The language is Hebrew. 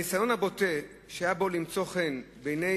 הניסיון הבוטה שהיה בו למצוא חן בעיני